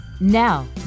Now